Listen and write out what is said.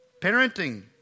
Parenting